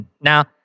Now